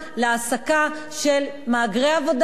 להעסקה של מהגרי עבודה,